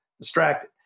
distracted